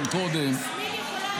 גם קודם,